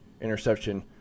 interception